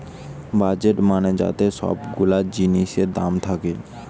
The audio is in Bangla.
বাজেট মানে যাতে সব গুলা জিনিসের দাম থাকে